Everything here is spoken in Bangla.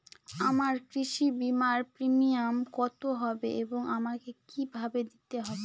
আমার কৃষি বিমার প্রিমিয়াম কত হবে এবং আমাকে কি ভাবে দিতে হবে?